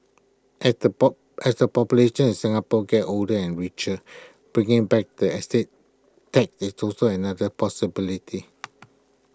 as the as the population in Singapore gets older and richer bringing back the estate tax is also another possibility